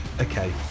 okay